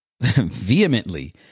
vehemently